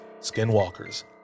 skinwalkers